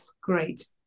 Great